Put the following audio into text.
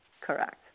Correct